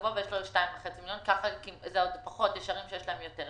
יש ערים שיש להם יותר.